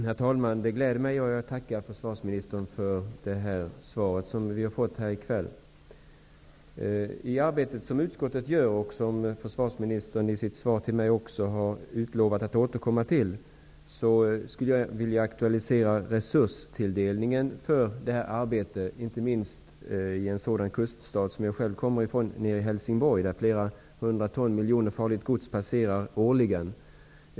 Herr talman! Jag tackar försvarsministern för svaret. Försvarsministern lovade i sitt svar att återkomma till riksdagen med en redovisning. Jag vill aktualisera resurstilldelningen för arbetet med transporter med farligt gods inte minst i en sådan kuststad som jag själv kommer ifrån, nämligen Helsingborg, där flera hundra miljoner ton farligt gods årligen passerar.